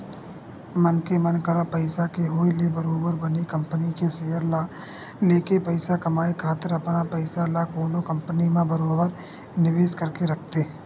मनखे मन करा पइसा के होय ले बरोबर बने कंपनी के सेयर ल लेके पइसा कमाए खातिर अपन पइसा ल कोनो कंपनी म बरोबर निवेस करके रखथे